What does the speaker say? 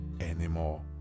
anymore